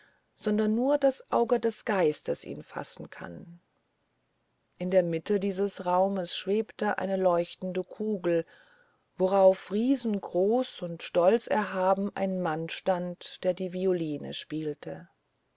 sondern nur das auge des geistes ihn fassen kann in der mitte dieses raumes schwebte eine leuchtende kugel worauf riesengroß und stolzerhaben ein mann stand der die violine spielte